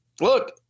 look